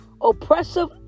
oppressive